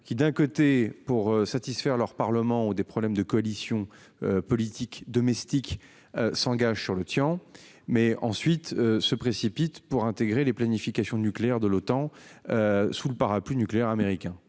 qui d'un côté pour satisfaire leur parlement ou des problèmes de coalition politique domestique s'engage sur le tien. Mais ensuite se précipitent pour intégrer les planification nucléaire de l'OTAN. Sous le parapluie nucléaire américain